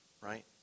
right